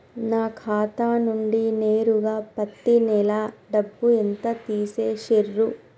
నా ఖాతా నుండి నేరుగా పత్తి నెల డబ్బు ఎంత తీసేశిర్రు?